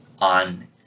on